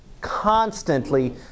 constantly